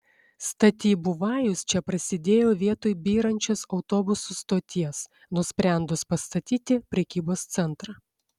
statybų vajus čia prasidėjo vietoj byrančios autobusų stoties nusprendus pastatyti prekybos centrą